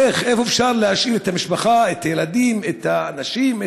איך אפשר להשאיר את המשפחה, את הילדים, את הנשים,